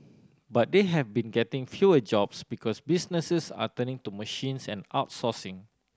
but they have been getting fewer jobs because businesses are turning to machines and outsourcing